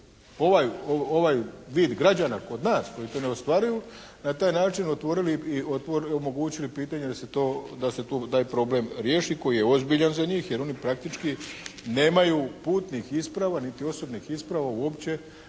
ovaj vid građana kod nas koji se ne ostvaruju na taj način otvorili i omogućili pitanja da se to, da se to, taj problem riješi koji je ozbiljan za njih jer oni praktički nemaju putnih isprava niti osobnih isprava uopće